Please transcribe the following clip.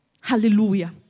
Hallelujah